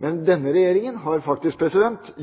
Men denne regjeringa har faktisk